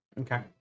Okay